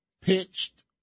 pitched